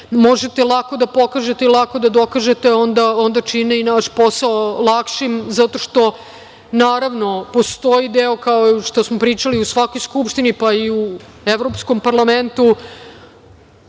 možete lako da pokažete i lako da dokažete, onda čine i naš posao lakšim zato što postoji deo kao što smo pričali u svakoj Skupštini, pa i u Evropskom parlamentu